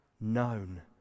known